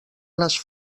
les